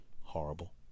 horrible